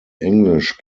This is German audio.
englisch